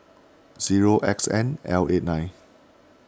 zero X N L eight nine